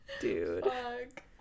dude